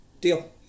Deal